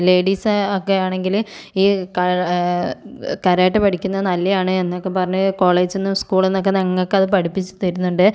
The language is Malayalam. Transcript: ലേഡീസ് ഒക്കെ ആണെങ്കിൽ ഈ കരാട്ടെ പഠിക്കുന്നത് നല്ലതാണ് എന്നൊക്കെ പറഞ്ഞ് കോളേജിൽ നിന്ന് സ്കൂളലിൽനിന്നൊക്കെ ഞങ്ങൾക്ക് അത് പഠിപ്പിച്ചു തരുന്നുണ്ട്